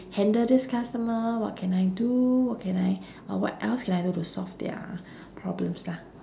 handle this customer what can I do what can I uh what else can I do to solve their problems lah